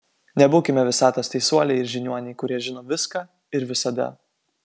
nebūkime visatos teisuoliai ir žiniuoniai kurie žino viską ir visada